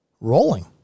rolling